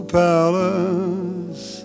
palace